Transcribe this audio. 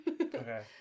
Okay